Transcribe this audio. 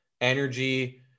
energy